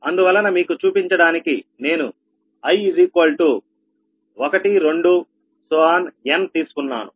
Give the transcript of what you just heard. అందువలన మీకు చూపించడానికి నేను ii 1 2 n తీసుకున్నాను